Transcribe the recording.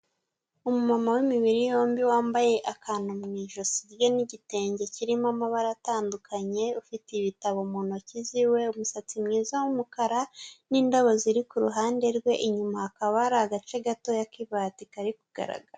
Umumama w'imibiri yombi wambaye akantu mu ijosi rye n'igitenge kirimo amabara atandukanye, ufite ibitabo mu ntoki ziwe, umusatsi mwiza w'umukara n'indabo ziri ku ruhande rwe, inyuma hakaba hari agace gatoya k'ibati kari kugaragara.